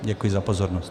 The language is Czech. Děkuji za pozornost.